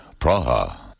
Praha